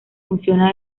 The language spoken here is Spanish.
funciona